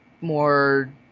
more